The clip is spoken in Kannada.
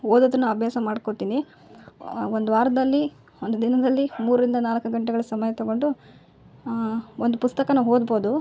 ಓದೋದನ್ನು ಅಭ್ಯಾಸ ಮಾಡ್ಕೊತಿನಿ ಒಂದು ವಾರದಲ್ಲಿ ಒಂದು ದಿನದಲ್ಲಿ ಮೂರಿಂದ ನಾಲಕ್ಕು ಗಂಟೆಗಳ ಸಮಯ ತಗೊಂಡು ಒಂದು ಪುಸ್ತಕ ಓದ್ಬೌದು